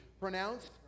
pronounced